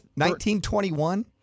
1921